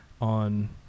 on